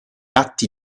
atti